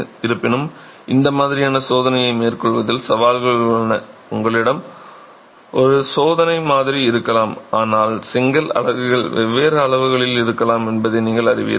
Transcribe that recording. இருப்பினும் இந்த மாதிரியான சோதனையை மேற்கொள்வதில் சவால்கள் உள்ளன உங்களிடம் ஒரு சோதனை மாதிரி இருக்கலாம் ஆனால் செங்கல் அலகுகள் வெவ்வேறு அளவுகளில் இருக்கலாம் என்பதை நீங்கள் அறிவீர்கள்